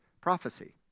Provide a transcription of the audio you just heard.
prophecy